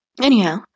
Anyhow